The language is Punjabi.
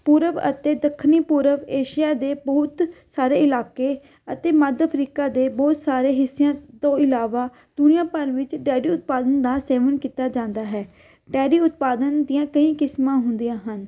ਪੂਰਬ ਅਤੇ ਦੱਖਣੀ ਪੂਰਵ ਏਸ਼ੀਆ ਦੇ ਬਹੁਤ ਸਾਰੇ ਇਲਾਕੇ ਅਤੇ ਮੱਧ ਅਫ਼ਰੀਕਾ ਦੇ ਬਹੁਤ ਸਾਰੇ ਹਿੱਸਿਆਂ ਤੋਂ ਇਲਾਵਾ ਦੁਨੀਆਂ ਭਰ ਵਿੱਚ ਡਾਇਰੀ ਉਤਪਾਦਨ ਦਾ ਸੇਵਨ ਕੀਤਾ ਜਾਂਦਾ ਹੈ ਡਾਇਰੀ ਉਤਪਾਦਨ ਦੀਆਂ ਕਈ ਕਿਸਮਾਂ ਹੁੰਦੀਆਂ ਹਨ